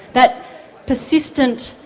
that persistent,